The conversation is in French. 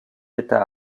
états